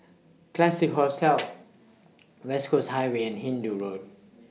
Classique Hotel West Coast Highway and Hindoo Road